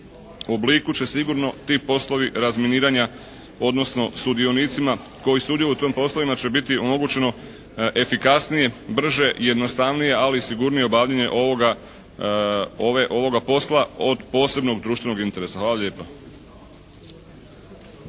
obliku će sigurno ti poslovi razminiranja odnosno sudionicima koji sudjeluju u tim poslovima će biti omogućeno efikasnije, brže, jednostavnije ali i sigurnije obavljanje ovoga posla od posebnog društvenog interesa. Hvala lijepa.